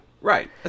right